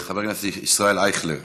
חברי הכנסת ישראל אייכלר,